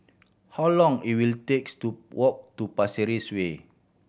how long it will takes to walk to Pasir Ris Way